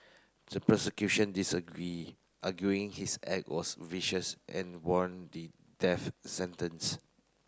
the prosecution disagree arguing his act was vicious and warranted death sentence